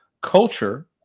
culture